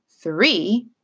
Three